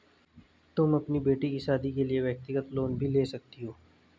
तुम अपनी बेटी की शादी के लिए व्यक्तिगत लोन भी ले सकती हो